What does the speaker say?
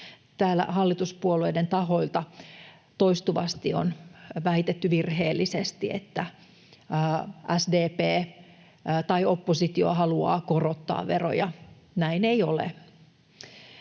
Täällä hallituspuolueiden tahoilta on toistuvasti väitetty virheellisesti, että SDP tai oppositio haluaa korottaa veroja. Näin ei ole.